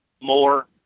more